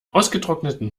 ausgetrockneten